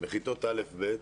בכיתות א'-ב',